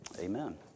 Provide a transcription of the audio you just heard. Amen